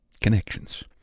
Connections